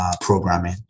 programming